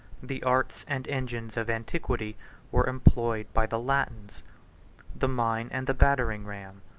the arts and engines of antiquity were employed by the latins the mine and the battering-ram,